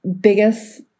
biggest